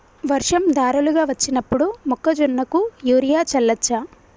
వర్షం ధారలుగా వచ్చినప్పుడు మొక్కజొన్న కు యూరియా చల్లచ్చా?